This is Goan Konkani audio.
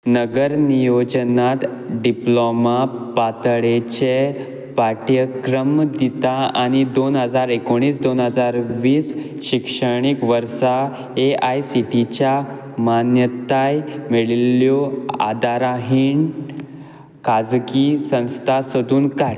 नगर नियोजनांत डिप्लॉमा पातळेचे पाठ्यक्रम दिता आनी दोन हजार एकुणीस दोन हजार वीस शिक्षणीक वर्सा एआयसीटीच्या मान्यताय मेळिल्ल्यो आदाराहीण खासगी संस्था सोदून काड